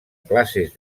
classes